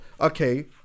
okay